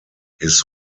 his